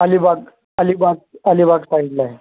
अलिबाग अलिबाग अलिबाग साईडला आहे